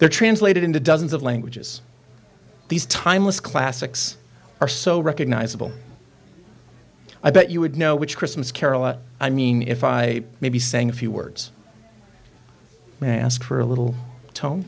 there translated into dozens of languages these timeless classics are so recognizable i bet you would know which christmas carol i mean if i may be saying a few words and ask for a little tone